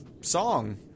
song